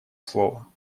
слово